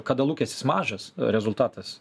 kada lūkestis mažas rezultatas